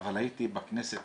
אבל הייתי בכנסת